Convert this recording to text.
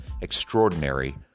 extraordinary